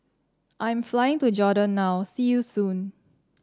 I'm flying to Jordan now see you soon